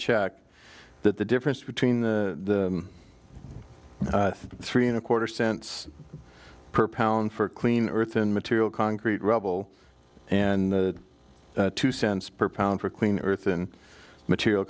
check that the difference between the three and a quarter cents per pound for clean earth in material concrete rubble and two cents per pound for clean earthen material